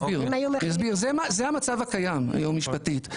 זה המצב הקיים היום משפטית,